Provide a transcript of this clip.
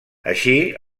així